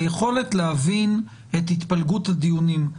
היכולת להבין את התפלגות הדיונים,